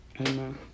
amen